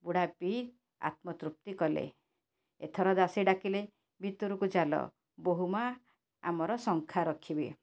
ବୁଢ଼ା ପିଇ ଆତ୍ମ ତୃପ୍ତି କଲେ ଏଥର ଦାସୀ ଡାକିଲେ ଭିତରକୁ ଚାଲ ବୋହୂମା ଆମର ଶଙ୍ଖା ରଖିବେ